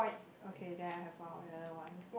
okay then I have found another one